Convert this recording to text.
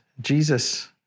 Jesus